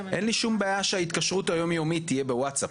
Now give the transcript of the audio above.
אין שום בעיה שההתקשרות היום-יומית תהיה בווטסאפ,